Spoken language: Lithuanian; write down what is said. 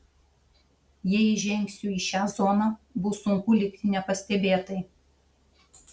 jei įžengsiu į šią zoną bus sunku likti nepastebėtai